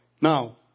Now